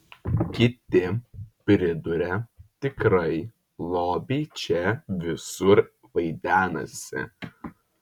kiti priduria tikrai lobiai čia visur vaidenasi